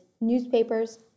newspapers